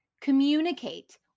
communicate